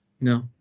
no